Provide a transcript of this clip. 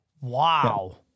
Wow